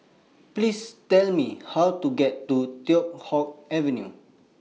Please Tell Me How to get to Teow Hock Avenue